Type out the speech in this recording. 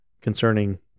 concerning